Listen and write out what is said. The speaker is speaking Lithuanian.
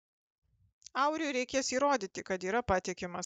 auriui reikės įrodyti kad yra patikimas